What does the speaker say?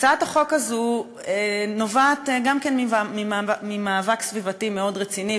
הצעת החוק הזאת נובעת גם כן ממאבק סביבתי מאוד רציני,